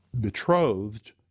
betrothed